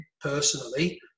personally